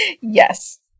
Yes